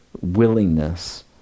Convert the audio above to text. willingness